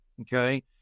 Okay